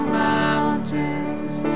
mountains